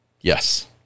Yes